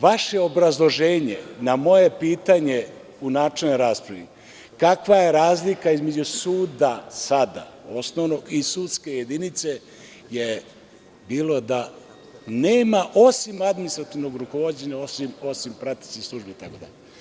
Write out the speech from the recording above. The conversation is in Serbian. Vaše obrazloženje na moje pitanje u načelnoj raspravi – kakva je razlika između suda sada, osnovnog i sudske jedinice je bio da nema osim administrativnog rukovođenja, osim pretećih službi itd.